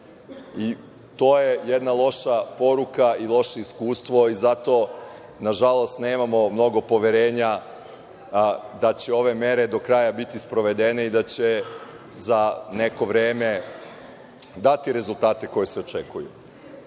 To je jedna loša poruka i loše iskustvo i zato, nažalost, nemamo mnogo poverenja da će ove mere do kraja biti sprovedene i da će za neko vreme dati rezultate koji se očekuju. Sredstva